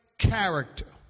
character